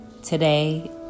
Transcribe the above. Today